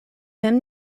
mem